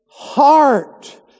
Heart